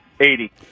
Eighty